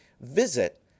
visit